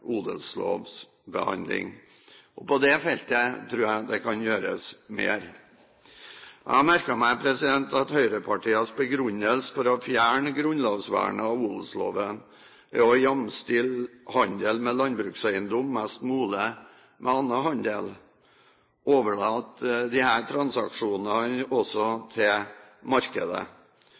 odelslovsbehandling. På det feltet tror jeg det kan gjøres mer. Jeg har merket meg at høyrepartienes begrunnelse for å fjerne grunnlovsvernet av odelsloven er å jamstille handel med landbrukseiendom mest mulig med